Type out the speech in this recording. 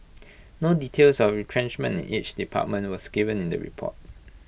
no details of retrenchment in each department was given in the report